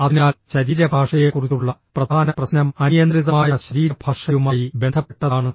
അതിനാൽ ശരീരഭാഷയെക്കുറിച്ചുള്ള പ്രധാന പ്രശ്നം അനിയന്ത്രിതമായ ശരീരഭാഷയുമായി ബന്ധപ്പെട്ടതാണ്